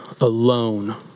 alone